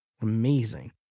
amazing